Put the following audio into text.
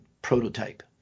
prototype